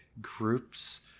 Groups